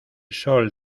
sol